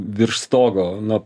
virš stogo na